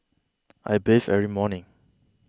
I bathe every morning